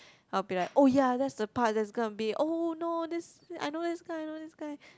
I'll be like oh ya that's the part that's gonna be oh no this I know this guy I know this guy